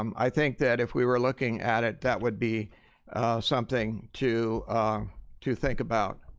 um i think that if we were looking at it, that would be something to to think about.